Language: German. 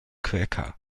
quäker